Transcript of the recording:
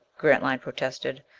grantline protested.